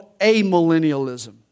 amillennialism